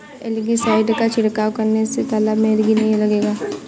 algae side का छिड़काव करने से तालाब में एलगी नहीं लगेगा